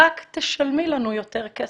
רק תשלמי לנו יותר כסף.